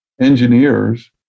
engineers